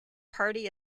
party